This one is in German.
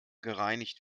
gereinigt